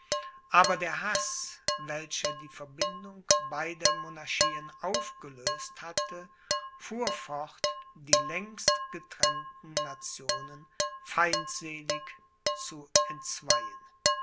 aber der haß welcher die verbindung beider monarchien aufgelöst hatte fuhr fort die längst getrennten nationen feindselig zu entzweien